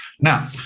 Now